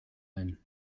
ein